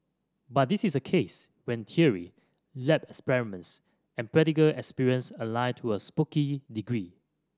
but this is a case when theory lab experiments and practical experience align to a spooky degree